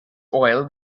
oil